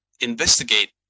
investigate